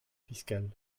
fiscal